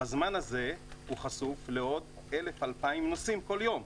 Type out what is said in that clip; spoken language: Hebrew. בזמן הזה הוא חשוף לעוד 2,000-1,000 נוסעים בכל יום.